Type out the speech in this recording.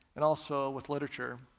and also with literature.